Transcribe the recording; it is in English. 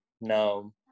no